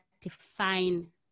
define